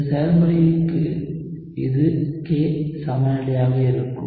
இந்த செயல்முறைக்கு இது Kசமநிலையாக இருக்கும்